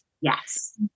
Yes